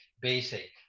basic